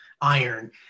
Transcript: iron